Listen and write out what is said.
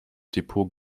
depot